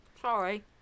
Sorry